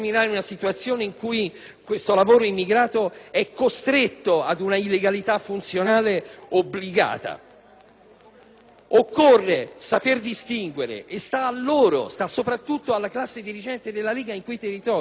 Occorre saper distinguere, e sta a loro, sta soprattutto alla classe dirigente della Lega in quei territori, saper distinguere tra l'illegalità involontaria e coatta e l'illegalità volontaria e delinquenziale.